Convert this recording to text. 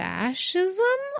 Fascism